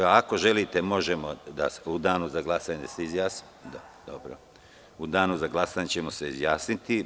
Ako želite, možemo u danu za glasanje da se izjasnimo, dobro, želite, onda ćemo se izjasniti.